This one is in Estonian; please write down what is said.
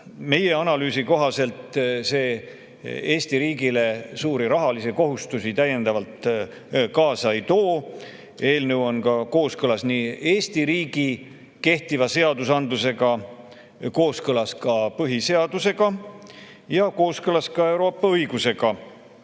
Meie analüüsi kohaselt see Eesti riigile suuri rahalisi kohustusi täiendavalt kaasa ei too. Eelnõu on kooskõlas Eesti riigi kehtiva seadusandlusega, [sealhulgas] põhiseadusega, ja ka Euroopa õigusega.